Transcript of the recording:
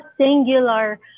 singular